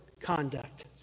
conduct